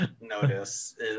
notice